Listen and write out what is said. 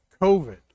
COVID